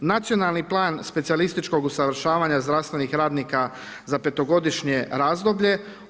Nacionalni plan specijalističkog usavršavanja zdravstvenih radnika za petogodišnje razdoblje.